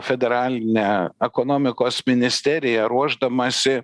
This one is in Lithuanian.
federalinė ekonomikos ministerija ruošdamasi